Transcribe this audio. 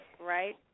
Right